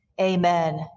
amen